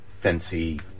fancy